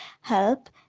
help